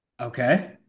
Okay